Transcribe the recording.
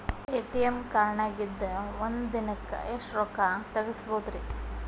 ATM ಕಾರ್ಡ್ನ್ಯಾಗಿನ್ದ್ ಒಂದ್ ದಿನಕ್ಕ್ ಎಷ್ಟ ರೊಕ್ಕಾ ತೆಗಸ್ಬೋದ್ರಿ?